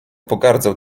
pogardzał